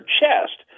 chest